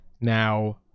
now